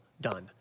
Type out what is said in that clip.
done